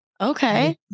Okay